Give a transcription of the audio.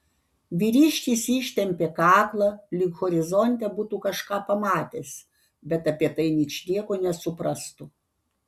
vyriškis ištempė kaklą lyg horizonte būtų kažką pamatęs bet apie tai ničnieko nesuprastų